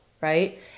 Right